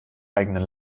eigenen